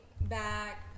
back